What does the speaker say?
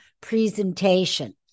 presentation